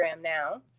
now